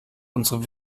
unsere